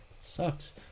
Sucks